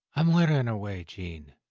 i'm wearin' away, jean,